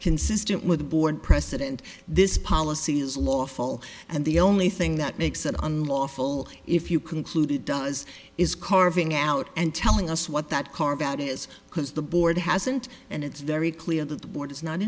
consistent with the board president this policy is lawful and the only thing that makes it unlawful if you conclude it does is carving out and telling us what that car about is because the board hasn't and it's very clear that the board is not